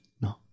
No